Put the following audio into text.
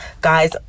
Guys